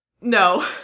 no